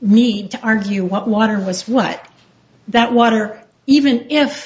need to argue what water was what that water even if